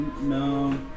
No